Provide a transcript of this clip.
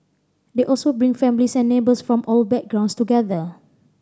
they also bring families and neighbours from all backgrounds together